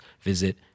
visit